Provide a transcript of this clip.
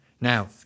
Now